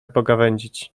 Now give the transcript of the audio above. pogawędzić